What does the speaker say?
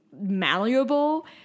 malleable